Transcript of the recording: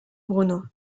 bruno